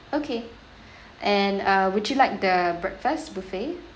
okay and uh would you like the breakfast buffet